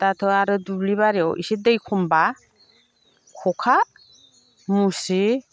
दाथ' आरो दुब्लि बारियाव एसे दै खमब्ला खखा मुसारि